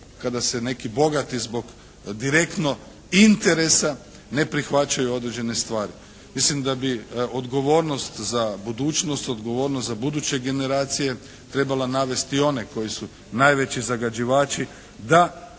kada se neki bogati zbog direktno interesa ne prihvaćaju određene stvari. Mislim da bi odgovornost za budućnost, odgovornost za buduće generacije trebala navesti i one koji su najveći zagađivači da